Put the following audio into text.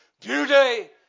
Beauty